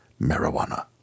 marijuana